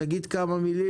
אנחנו נתייחס בכובד